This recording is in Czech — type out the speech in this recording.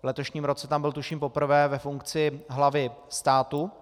V letošním roce tam byl, tuším, poprvé ve funkci hlavy státu.